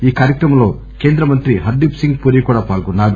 ఈ కార్యక్రమంలో కేంద్ర మంత్రి హర్దీప్ సింగ్ పూరి కూడా పాల్గొన్నారు